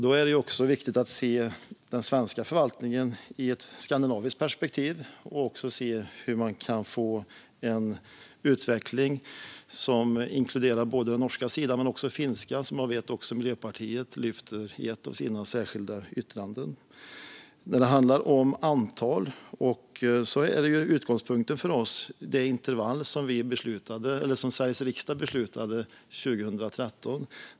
Då är det också viktigt att se den svenska förvaltningen i ett skandinaviskt perspektiv och se hur man kan få en utveckling som inkluderar inte bara den norska sidan utan även den finska, vilket jag vet att Miljöpartiet lyfter i ett av sina särskilda yttranden. När det handlar om antal vargar är utgångspunkten för oss det intervall som Sveriges riksdag beslutade 2013.